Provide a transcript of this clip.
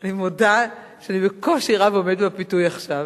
אני מודה שאני בקושי רב עומדת בפיתוי עכשיו,